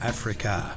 Africa